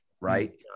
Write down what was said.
right